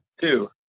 Two